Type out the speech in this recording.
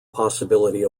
possibility